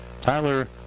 Tyler